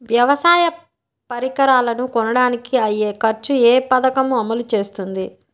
వ్యవసాయ పరికరాలను కొనడానికి అయ్యే ఖర్చు ఏ పదకము అమలు చేస్తుంది?